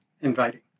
inviting